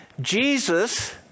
Jesus